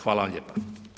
Hvala vam lijepo.